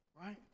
right